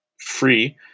free